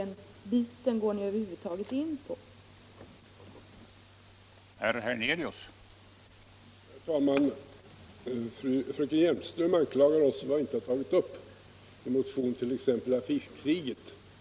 Ni går över huvud taget inte in på den biten.